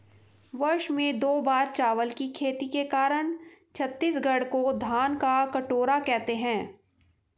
वर्ष में दो बार चावल की खेती के कारण छत्तीसगढ़ को धान का कटोरा कहते हैं